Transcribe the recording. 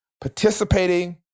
participating